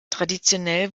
traditionell